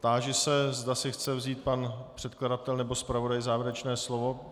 Táži se, zda si chce vzít pan předkladatel nebo zpravodaj závěrečné slovo.